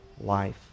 life